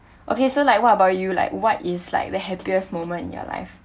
okay so like what about you like what is like the happiest moment in your life